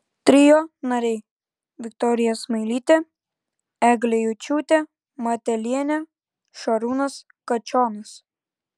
trio nariai viktorija smailytė eglė juciūtė matelienė šarūnas kačionas